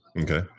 Okay